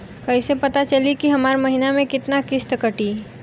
कईसे पता चली की हमार महीना में कितना किस्त कटी?